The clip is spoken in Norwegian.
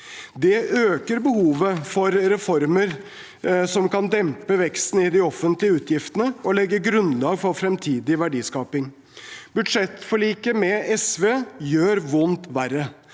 Det øker behovet for reformer som kan dempe veksten i de offentlige utgiftene og legge grunnlag for fremtidig verdiskaping. Budsjettforliket med SV gjør vondt verre.